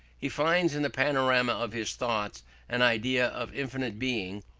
he finds in the panorama of his thoughts an idea of infinite being,